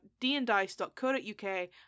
dandice.co.uk